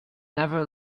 never